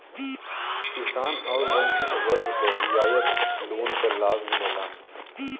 किसान आउर वंचित वर्ग क रियायत लोन क लाभ मिलला